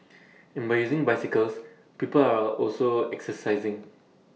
and by using bicycles people are also exercising